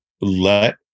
let